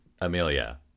Amelia